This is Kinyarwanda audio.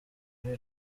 rero